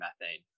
methane